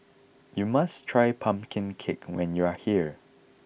you must try Pumpkin Cake when you are here